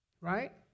right